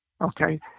okay